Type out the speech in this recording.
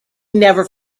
never